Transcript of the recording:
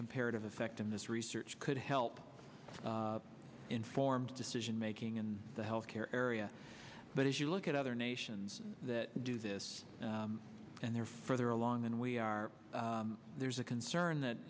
comparative effectiveness research could help informed decision making in the health care area but as you look at other nations that do this and they're further along than we are there's a concern that